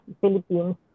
Philippines